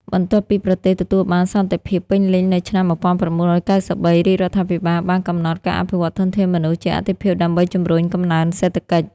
បន្ទាប់ពីប្រទេសទទួលបានសន្តិភាពពេញលេញនៅឆ្នាំ ១៩៩៣ រាជរដ្ឋាភិបាលបានកំណត់ ការអភិវឌ្ឍធនធានមនុស្ស ជាអាទិភាពដើម្បីជំរុញកំណើនសេដ្ឋកិច្ច។